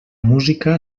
música